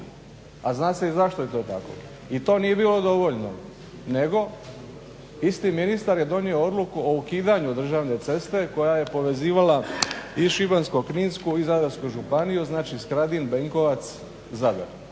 a zna se i zašto je to tako. I to nije bilo dovoljno nego isti ministar je donio odluku o ukidanju državne ceste koja je povezivala i Šibensko-kninsku i Zadarsku županiju, znači Skradin, Benkovac, Zadar,